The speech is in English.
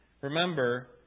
remember